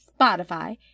Spotify